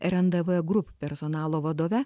rndv group personalo vadove